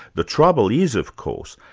the trouble is, of course,